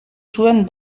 zuen